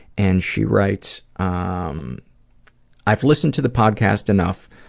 and she writes ah um i've listened to the podcast enough